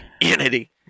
Unity